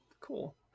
Cool